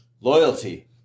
Loyalty